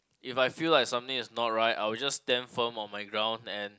if I feel like something is not right I will just stand firm on my ground and